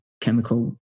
chemical